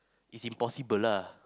it's impossible lah